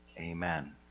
Amen